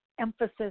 emphasis